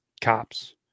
cops